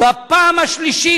בפעם השלישית.